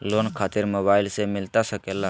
Loan खातिर mobile से मिलता सके?